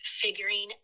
figuring